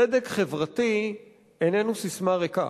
צדק חברתי איננו ססמה ריקה.